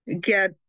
get